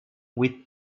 with